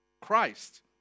Christ